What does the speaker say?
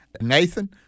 Nathan